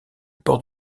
port